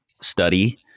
study